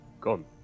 gone